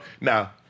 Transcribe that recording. Now